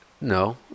No